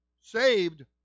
saved